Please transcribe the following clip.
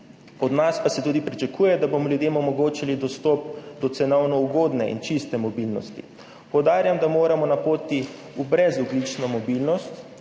od nas pa se tudi pričakuje, da bomo ljudem omogočili dostop do cenovno ugodne in čiste mobilnosti. Poudarjam, da moramo biti na poti v brezogljično mobilnost